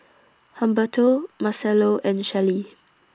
Humberto Marcelo and Shelli